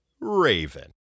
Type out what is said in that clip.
Raven